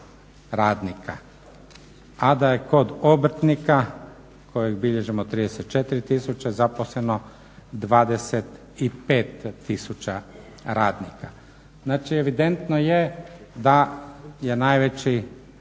A da je kod obrtnika kojeg bilježimo 34 tisuće zaposleno 25 tisuća radnika. Znači evidentno je da je najveći